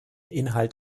inhalt